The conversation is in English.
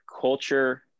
culture